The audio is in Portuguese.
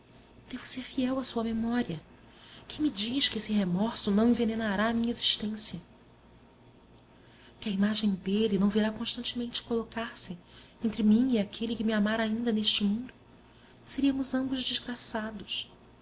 devo ser fiel à sua memória quem me diz que esse remorso não envenenará a minha existência que a imagem dele não virá constantemente colocar-se entre mim e aquele que me amar ainda neste mundo seríamos ambos desgraçados